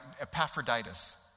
Epaphroditus